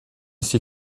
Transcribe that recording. sie